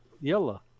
yellow